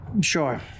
Sure